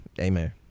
amen